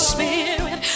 Spirit